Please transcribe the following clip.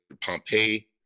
Pompeii